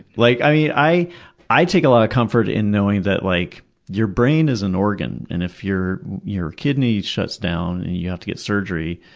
like i i take a lot of comfort in knowing that like your brain is an organ, and if your your kidney shuts down and you have to get surgery,